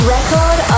Record